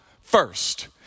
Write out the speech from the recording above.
first